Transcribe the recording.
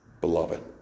beloved